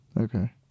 Okay